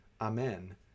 Amen